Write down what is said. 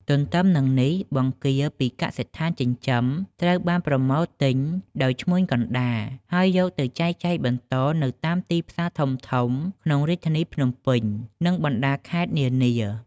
ទន្ទឹមនឹងនេះបង្គាពីកសិដ្ឋានចិញ្ចឹមត្រូវបានប្រមូលទិញដោយឈ្មួញកណ្ដាល ហើយយកទៅចែកចាយបន្តនៅតាមទីផ្សារធំៗក្នុងរាជធានីភ្នំពេញ និងបណ្តាខេត្តនានា។